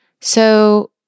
So-